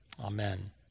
amen